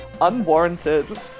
unwarranted